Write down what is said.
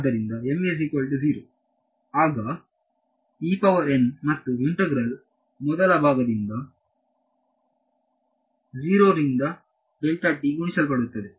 ಆದ್ದರಿಂದ ಆಗ ಮತ್ತು ಇಂತೆಗ್ರಲ್ ಮೊದಲ ಭಾಗದಿಂದ 0 ರಿಂದ ಗುಣಿಸಲ್ಪಡುತ್ತದೆ